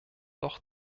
doch